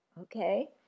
okay